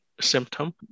symptom